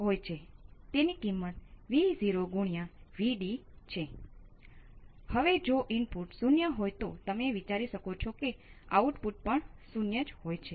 તેથી જો આ Vi હોય તો આ k×Vi હોય છે